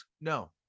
No